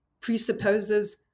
presupposes